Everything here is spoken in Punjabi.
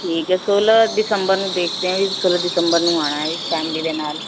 ਠੀਕ ਹੈ ਸੋਲ੍ਹਾਂ ਦਸੰਬਰ ਨੂੰ ਦੇਖਦੇ ਹੈ ਵੀ ਸੋਲ੍ਹਾਂ ਦਸੰਬਰ ਨੂੰ ਆਉਣਾ ਹੈ ਵੀ ਫੈਮਿਲੀ ਦੇ ਨਾਲ